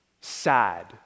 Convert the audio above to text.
sad